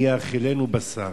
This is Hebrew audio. מי יאכילנו בשר.